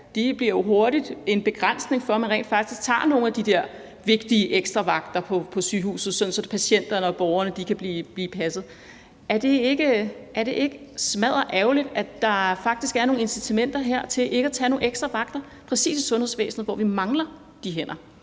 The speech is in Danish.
kr. jo hurtigt en begrænsning for, at man rent faktisk også tager nogle af de der vigtige ekstravagter på sygehuset, sådan at patienterne og borgerne kan blive passet. Er det ikke smadderærgerligt, at der faktisk her er nogle incitamenter til ikke at tage nogle ekstra vagter, netop i sundhedsvæsenet, hvor vi mangler de hænder?